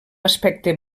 aspecte